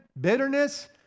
bitterness